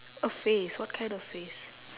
a face what kind of face